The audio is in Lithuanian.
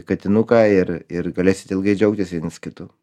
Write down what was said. katinuką ir ir galėsit ilgai džiaugtis vienas kitu